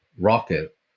rocket